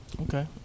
Okay